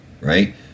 right